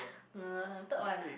uh third one ah